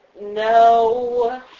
No